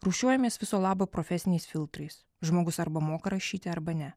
rūšiuojamės viso labo profesiniais filtrais žmogus arba moka rašyti arba ne